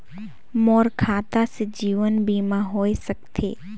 मोर खाता से जीवन बीमा होए सकथे?